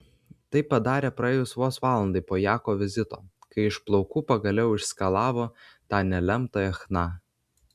tai padarė praėjus vos valandai po jako vizito kai iš plaukų pagaliau išskalavo tą nelemtąją chna